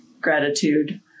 gratitude